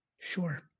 Sure